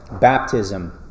Baptism